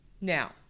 Now